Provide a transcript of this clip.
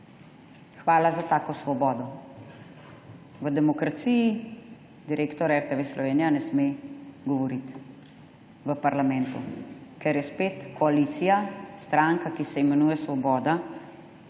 Hvala za tako svobodo! V demokraciji direktor RTV Slovenija ne sme govoriti v parlamentu, ker je spet koalicija, stranka, ki se imenuje Svoboda,